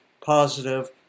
positive